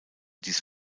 dies